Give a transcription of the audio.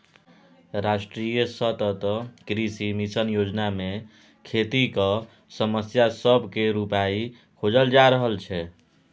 राष्ट्रीय सतत कृषि मिशन योजना मे खेतीक समस्या सब केर उपाइ खोजल जा रहल छै